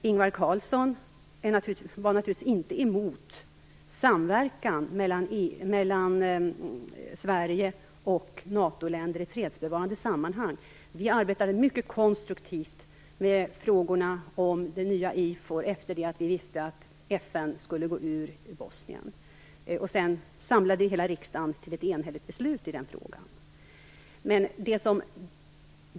Ingvar Carlsson var naturligtvis inte emot samverkan mellan Sverige och NATO-länder i fredsbevarande sammanhang. Vi arbetade mycket konstruktivt med frågorna om det nya IFOR efter det att vi visste att FN skulle gå ur Bosnien. Sedan samlades hela riksdagen till ett enhälligt beslut i den frågan.